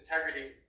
integrity